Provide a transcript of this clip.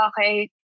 okay